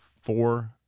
four